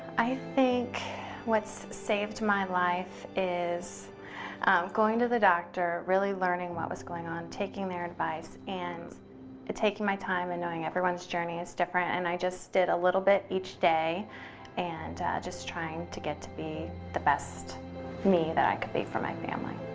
i think what's saved my life is going to the doctor really learning what was going on taking their advice and taking my time and knowing everyone's journey is different and i just did a little bit each day and just trying to get to be the best me that i could be for my family